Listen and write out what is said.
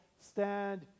stand